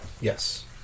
Yes